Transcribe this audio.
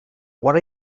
what